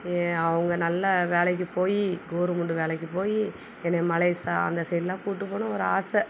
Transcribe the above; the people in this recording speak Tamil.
ஏ அவங்க நல்ல வேலைக்கு போய் கவர்மெண்டு வேலைக்கு போய் என்னையை மலேசியா அந்த சைடெலாம் கூட்டி போகணும் ஒரு ஆசை